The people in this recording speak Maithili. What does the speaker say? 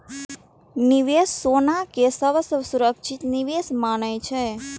निवेशक सोना कें सबसं सुरक्षित निवेश मानै छै